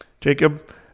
Jacob